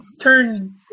turn